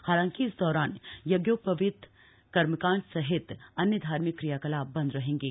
हालांकि इस दौरान यज्ञोपवीत कर्मकाण्ड सहित अन्य धार्मिक क्रिया कलाप बन्द रहेंगे